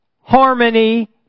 harmony